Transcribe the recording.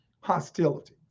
hostility